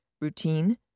routine